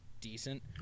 Decent